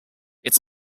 its